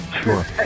Sure